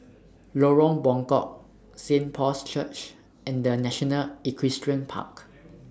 Lorong Buangkok Saint Paul's Church and The National Equestrian Park